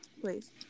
please